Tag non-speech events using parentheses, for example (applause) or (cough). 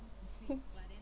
(laughs)